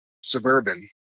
suburban